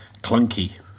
clunky